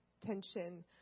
tension